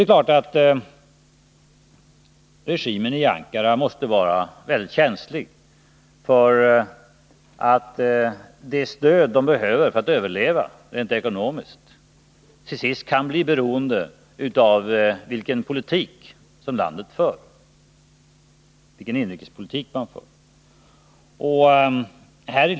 Regimen i Ankara måste vara ganska känslig för att det stöd man behöver för att överleva ekonomiskt till sist kan bli beroende av vilken inrikespolitik landet för.